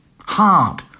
hard